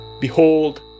Behold